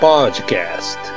Podcast